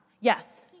Yes